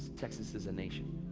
texas is a nation.